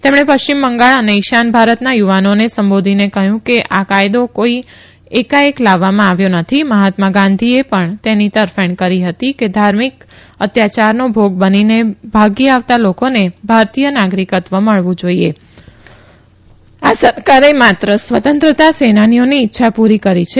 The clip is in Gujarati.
તેમણે પશ્ચિમ બંગાળ અને ઇશાન ભારતના યુવાનોને સંબોધીને કહ્યું કે આ કાયદો કઇ એકાએક લાવવામાં આવ્યો નથી મહાત્મા ગાંધીએ પણ તેની તરફેણ કરી હતી કે ધાર્મિક અત્યાયારનો ભોગ બનીને ભાગી આવતા લોકોને ભારતીય નાગરીકત્વ મળવું જોઇએ આ સરકારે માત્ર સ્વતંત્રતા સેનાનીઓની ઇચ્છા પૂરી કરી છે